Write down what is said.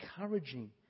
encouraging